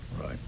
Right